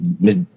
Miss